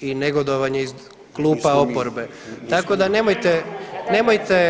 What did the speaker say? i negodovanje iz klupa oporbe tako da nemojte, nemojte.